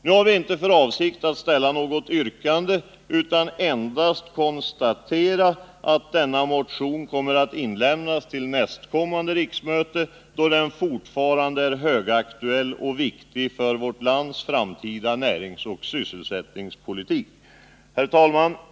Nu har jag inte för avsikt att ställa något yrkande utan vill endast konstatera att denna motion kommer att inlämnas till nästkommande riksmöte, då den fortfarande är högaktuell och viktig för vårt lands framtida näringsoch sysselsättningspolitik. Herr talman!